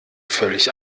völlig